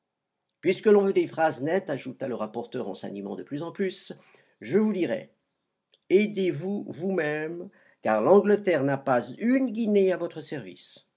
puisque l'on veut des phrases nettes ajouta le rapporteur en s'animant de plus en plus je vous dirai aidez vous vous-mêmes car l'angleterre n'a pas une guinée à votre service